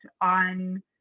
on